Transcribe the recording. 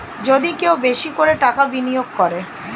যদি কেউ বেশি করে টাকা বিনিয়োগ করে